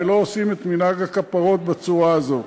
ולא עושים את מנהג הכפרות בצורה הזאת.